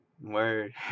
Word